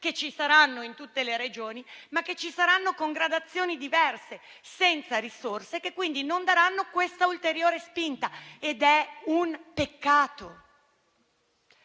Vi saranno, sì, in tutte le Regioni, ma con gradazioni diverse, senza risorse, che quindi non daranno questa ulteriore spinta, ed è un peccato.